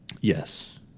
yes